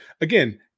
again